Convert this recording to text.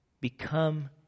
Become